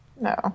No